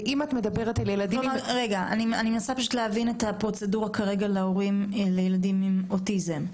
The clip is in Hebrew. אני מנסה להבין את הפרוצדורה להורים לילדים עם אוטיזם.